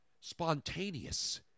spontaneous